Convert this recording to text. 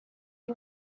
you